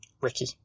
Ricky